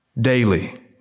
daily